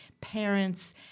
parents